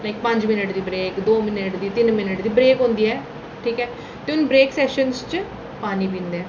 ते पंज मिनट दी ब्रेक दो मिनट दी तिन्न मिनट दी ब्रेक होंदी ऐ ठीक ऐ ते हून ब्रेक सैशन च पानी पींदे आं